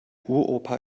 uropa